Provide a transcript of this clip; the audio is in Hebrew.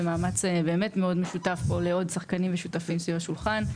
זה באמת מאמץ משותף לשחקנים נוספים פה סביב השולחן.